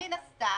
מיקי,